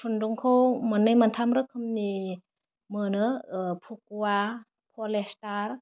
खुन्दुंखौ मोन्नै मोनथाम रोखोमनि मोनो फुखुवा पलिस्टार